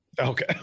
Okay